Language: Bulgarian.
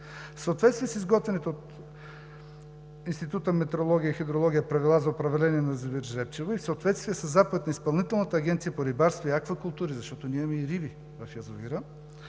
В съответствие с изготвените от Института по метеорология и хидрология правила за управление на язовир „Жребчево“ и в съответствие със заповед на Изпълнителната агенция по рибарство и аквакултури, защото ние имаме и риби в язовира,